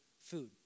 food